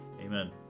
Amen